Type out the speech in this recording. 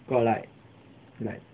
got like like